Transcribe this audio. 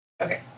Okay